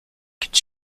could